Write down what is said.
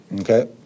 Okay